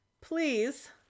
please